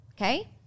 okay